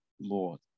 Lord